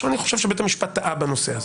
אני חושב שבית המשפט טעה בנושא הזה,